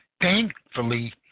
Thankfully